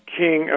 king